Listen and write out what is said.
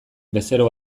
bezero